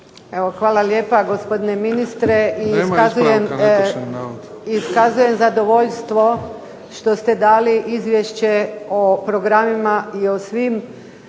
Hvala lijepa gospodine ministre. Iskazujem zadovoljstvo što ste dali izvješće o programima i o svim